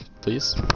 please